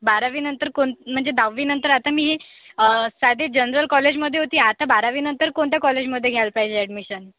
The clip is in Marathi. बारावीनंतर कोण म्हणजे दहावीनंतर आता मी साधे जनरल कॉलेजमध्ये होती आता बारावीनंतर कोणत्या कॉलेजमध्ये घ्यायला पाहिजे ऍडमिशन